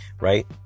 right